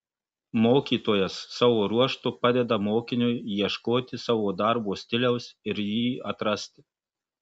mokytojas savo ruožtu padeda mokiniui ieškoti savojo darbo stiliaus ir jį atrasti